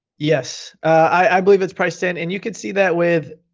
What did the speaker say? yes, i believe it's priced in, and you can see that with,